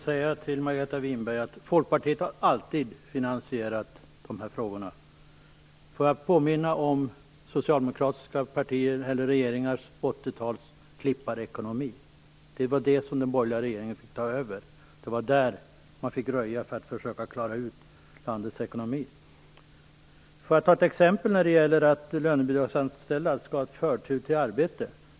Fru talman! Folkpartiet har alltid finansierat sina förslag i de här frågorna, Margareta Winberg. Låt mig påminna om socialdemokratiska regeringars klipparekonomi under 80-talet. Det var det som den borgerliga regeringen fick ta över. Det var där vi fick röja för att försöka klara landets ekonomi. Låt mig också ge ett exempel på att lönebidragsanställda skall ha förtur till arbete.